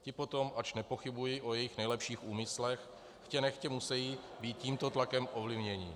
Ti potom, ač nepochybuji o jejich nejlepších úmyslech, chtě nechtě musejí být tímto tlakem ovlivněni.